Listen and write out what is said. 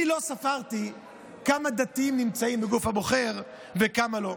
אני לא ספרתי כמה דתיים נמצאים בגוף הבוחר וכמה לא.